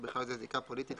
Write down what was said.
ובכלל זה זיקה פוליטית,